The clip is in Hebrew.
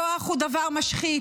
כוח הוא דבר משחית.